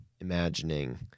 imagining